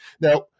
Now